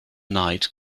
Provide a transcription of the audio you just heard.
night